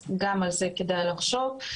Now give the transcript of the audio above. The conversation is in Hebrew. גם על זה כדאי לחשוב.